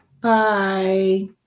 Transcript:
Bye